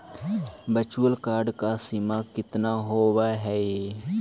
virtual card की सीमा केतना होवअ हई